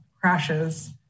crashes